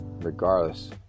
regardless